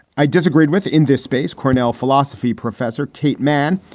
i disagreed with in this space cornell philosophy professor kate man,